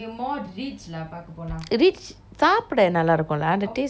rich சாப்பிட நல்ல இருக்கும்:saapde nalla irukkum lah அந்த:anthe taste நல்ல இருக்கும்:nalla irukkum it's very nice